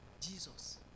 Jesus